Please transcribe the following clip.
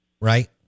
right